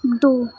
دو